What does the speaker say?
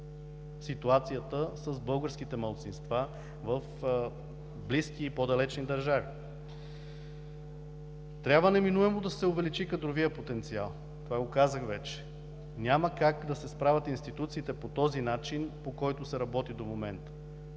ситуацията с българските малцинства в близки и по-далечни държави. Трябва неминуемо да се увеличи кадровият потенциал, това го казах вече. Няма как да се справят институциите по този начин, по който се работи до момента.